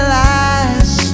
lies